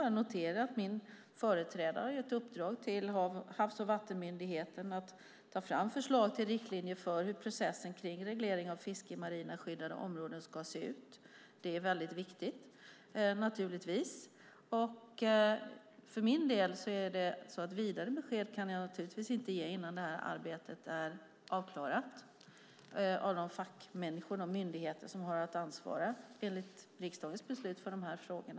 Jag noterar att min företrädare har gett i uppdrag till Havs och vattenmyndigheten att ta fram förslag till riktlinjer för hur processen för reglering av fiske i marina skyddade områden ska se ut. Det är naturligtvis väldigt viktigt. Vidare besked kan jag inte ge innan det här arbetet är avklarat av de fackmänniskor och myndigheter som enligt riksdagens beslut har att ansvara för de här frågorna.